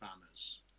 banners